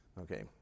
okay